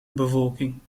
bevolking